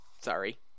sorry